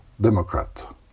Democrat